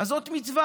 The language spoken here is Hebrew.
אז זאת מצווה.